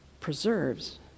preserves